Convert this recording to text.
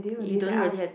you don't really have